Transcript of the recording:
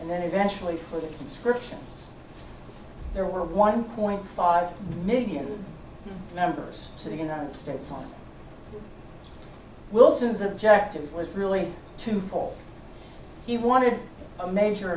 and then eventually for the conscription there were one point five million members to the united states on wilson's objective was really to call he wanted a major